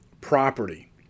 property